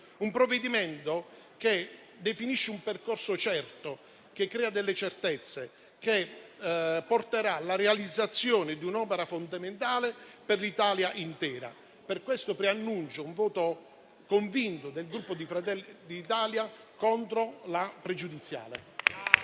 un provvedimento che definisce un percorso certo, che crea delle certezze, che porterà alla realizzazione di un'opera fondamentale per l'Italia intera. Per questo preannuncio un voto convinto del Gruppo Fratelli d'Italia contro la questione pregiudiziale.